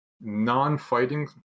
Non-fighting